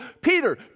Peter